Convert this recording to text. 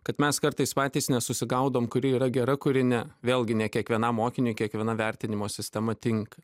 kad mes kartais patys nesusigaudom kuri yra gera kuri ne vėlgi ne kiekvienam mokiniui kiekviena vertinimo sistema tinka